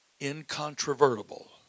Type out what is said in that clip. incontrovertible